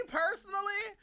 personally